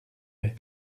hais